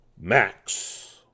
Max